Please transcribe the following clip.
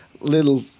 little